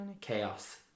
chaos